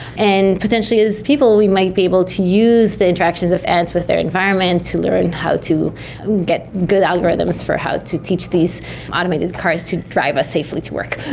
and potentially as people we might be able to use the interactions of ants with their environment to learn how to get good algorithms for how to teach these automated cars to drive us safely to work.